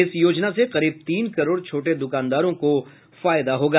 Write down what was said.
इस योजना से करीब तीन करोड़ छोटे दुकानदारों को फायदा होगा